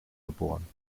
geboren